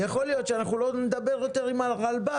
יכול להיות שאנחנו לא נדבר יותר עם הרלב"ד,